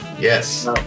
Yes